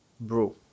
bro